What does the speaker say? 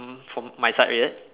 mm for my side is it